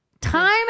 Time